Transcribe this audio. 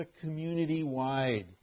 community-wide